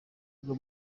rwo